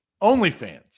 OnlyFans